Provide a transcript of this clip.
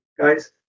guys